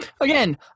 Again